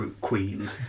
queen